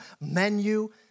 menu